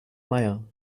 meier